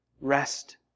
rest